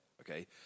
okay